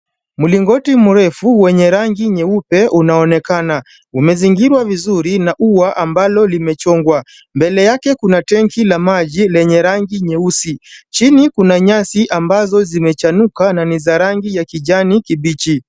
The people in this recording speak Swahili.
Mlingoti mrefu mwenye rangi nyeupe unaonekana. Umezingirwa vizuri na ua ambalo limechongwa. Mbele yake kuna tenki la maji lenye rangi nyeusi. Chini kuna nyasi mbazo zimechanuka na ni za rangi ya kijani kibichi.